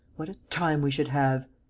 what a time we should have!